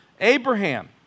Abraham